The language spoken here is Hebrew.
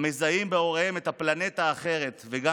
המזהים בהוריהם את הפלנטה האחרת וגם